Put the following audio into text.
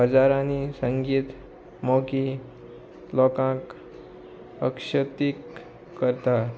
हजारांनी संगीत मोगी लोकांक आकर्शीत करता